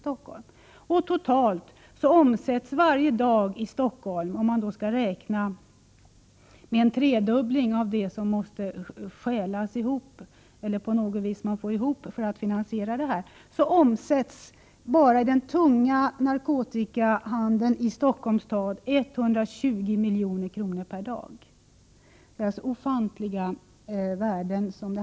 Totalt omsätts varje dag i Stockholm — om man räknar med en tredubbling av värdet av det som måste stjälas ihop eller skaffas på annat sätt för att finansiera missbruket — inom den tunga narkotikahandeln 120 milj.kr. Det handlar alltså om ofantliga värden.